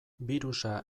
birusa